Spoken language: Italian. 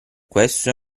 questo